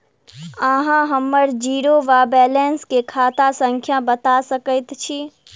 अहाँ हम्मर जीरो वा बैलेंस केँ खाता संख्या बता सकैत छी?